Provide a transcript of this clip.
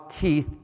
teeth